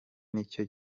n’icyo